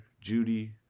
Judy